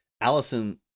Allison